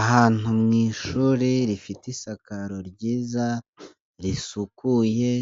Ahantu mu ishuri rifite isakaro ryiza, risukuye,